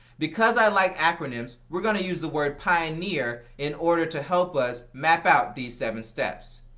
because i like acronyms we are going to use the work pioneer in order to help us map out these seven steps.